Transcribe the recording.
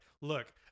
look